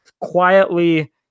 quietly